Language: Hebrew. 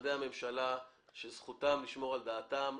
למשרדי הממשלה שזכותם לשמור על דעתם,